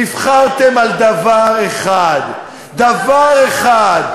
נבחרתם על דבר אחד, דבר אחד, דבר אחד,